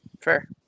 Fair